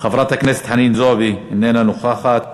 חברת הכנסת חנין זועבי, אינה נוכחת,